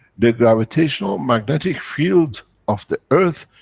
the gravitational magnetic field of the earth,